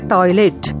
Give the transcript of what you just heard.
Toilet